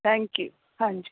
thank you ਹਾਂਜੀ